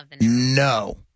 No